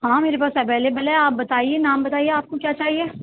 ہاں میرے پاس اویلیبل ہے آپ بتائیے نام بتائیے آپ کو کیا چاہیے